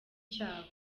cyabo